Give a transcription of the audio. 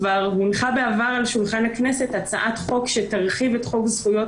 כבר הונחה בעבר על שולחן הכנסת הצעת חוק שתרחיב את חוק זכויות